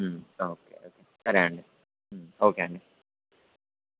okay okay సరే అండి okay అండి